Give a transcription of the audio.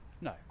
No